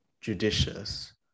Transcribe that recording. judicious